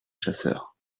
chasseur